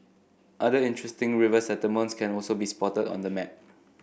other interesting river settlements can also be spotted on the map